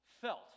felt